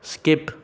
skip